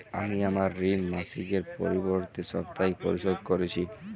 আমি আমার ঋণ মাসিকের পরিবর্তে সাপ্তাহিক পরিশোধ করছি